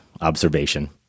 observation